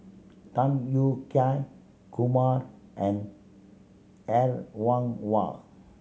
Tham Yui Kai Kumar and Er Kwong Wah